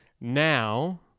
Now